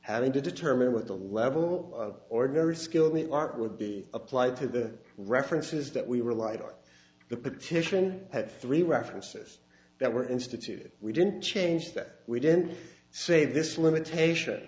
having to determine with the level of ordinary skill the art would be applied to the references that we relied on the petition had three references that were instituted we didn't change that we didn't say this limitation